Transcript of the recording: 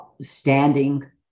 standing